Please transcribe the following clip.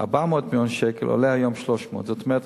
400 מיליון שקל עולה היום 300. זאת אומרת,